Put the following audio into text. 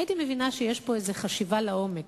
הייתי מבינה שיש פה חשיבה לעומק,